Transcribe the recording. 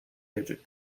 digit